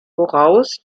woraus